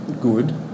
good